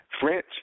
French